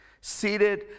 seated